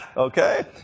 Okay